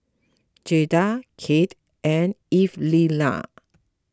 Jayda Kate and Evelena